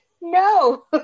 no